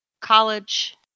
college